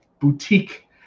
Boutique